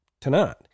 tonight